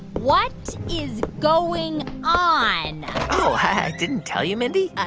what is going on? oh, i didn't tell you, mindy?